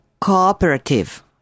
cooperative